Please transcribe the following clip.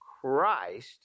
Christ